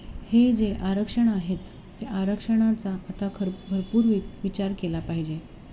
हे जे आरक्षण आहेत ते आरक्षणाचा आता खरं भरपूर वि विचार केला पाहिजे